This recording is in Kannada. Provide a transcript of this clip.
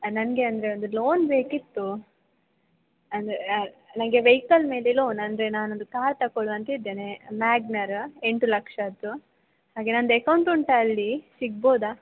ನನಗೆ ಅಂದರೆ ಒಂದು ಲೋನ್ ಬೇಕಿತ್ತು ಅಂದರೆ ನನಗೆ ವೆಯ್ಕಲ್ ಮೇಲೆ ಲೋನ್ ಅಂದರೆ ನಾನೊಂದು ಕಾರ್ ತಗೊಳ್ವ ಅಂತ ಇದ್ದೇನೆ ಮ್ಯಾಗ್ನಾರು ಎಂಟು ಲಕ್ಷದ್ದು ಹಾಗೆ ನಂದು ಎಕೌಂಟ್ ಉಂಟ ಅಲ್ಲಿ ಸಿಗ್ಬೋದಾ